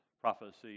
prophecy